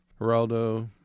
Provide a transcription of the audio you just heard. Geraldo